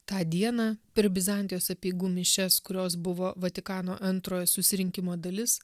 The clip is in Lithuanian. tą dieną per bizantijos apeigų mišias kurios buvo vatikano antrojo susirinkimo dalis